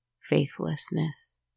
faithlessness